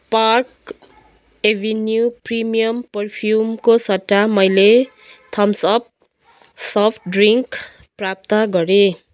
park Avenue premium पर्फ्युमको सट्टा मैले थम्स अप सफ्ट ड्रिङ्क प्राप्त गरेँ